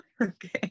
okay